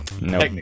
No